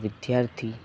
વિદ્યાર્થી